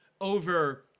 over